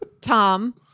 Tom